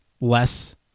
less